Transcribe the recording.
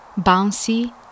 bouncy